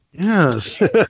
Yes